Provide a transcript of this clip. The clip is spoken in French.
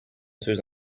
tueuse